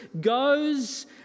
goes